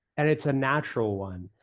and it's a natural one,